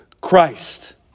Christ